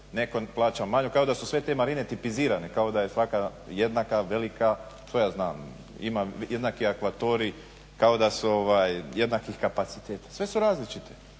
netko plaća manju, kao da su sve te marine tipizirane kao da je svaka jednaka, velika, što ja znam ima jednaki akvatorij kao da su jednakih kapaciteta. Sve su različite.